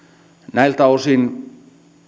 näiltä osin